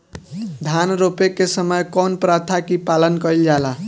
धान रोपे के समय कउन प्रथा की पालन कइल जाला?